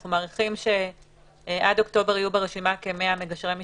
אנו מעריכים שעד אוקטובר יהיו ברשימה כ-100 מגשרי משפחה.